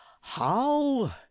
How